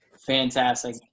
Fantastic